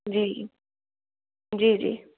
जी जी जी